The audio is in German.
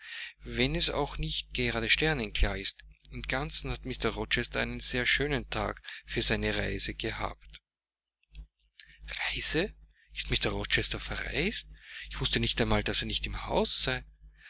wenn es auch nicht gerade sternenklar ist im ganzen hat mr rochester einen sehr schönen tag für seine reise gehabt reise ist mr rochester verreist ich wußte nicht einmal daß er nicht im hause